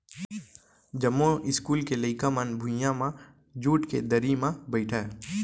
जमो इस्कूल के लइका मन भुइयां म जूट के दरी म बइठय